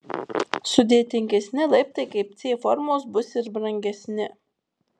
sudėtingesni laiptai kaip c formos bus ir brangesni